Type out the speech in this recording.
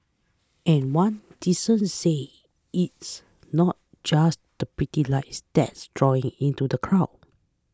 and one docent says it's not just the pretty lights that's drawing into the crowds